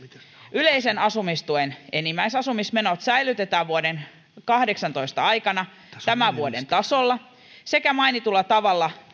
yleisen asumistuen enimmäisasumismenot säilytetään vuoden kahdeksantoista aikana tämän vuoden tasolla sekä mainitulla tavalla